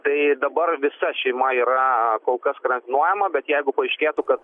tai dabar visa šeima yra kol kas karantinuojama bet jeigu paaiškėtų kad